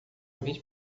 vinte